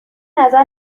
نظر